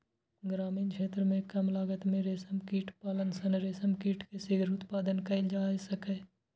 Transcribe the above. ग्रामीण क्षेत्र मे कम लागत मे रेशम कीट पालन सं रेशम कीट के शीघ्र उत्पादन कैल जा सकैए